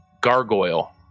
gargoyle